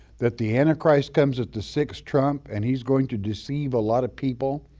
that the antichrist comes at the sixth trump, and he's going to deceive a lot of people,